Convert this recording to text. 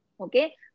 Okay